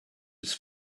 was